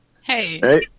Hey